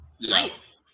Nice